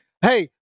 hey